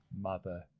Mother